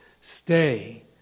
Stay